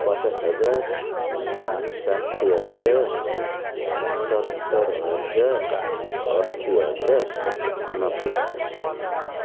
पचास हजार साठी हजार सत्तर हजार असी हजार नब्बे हजार